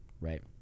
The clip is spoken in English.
right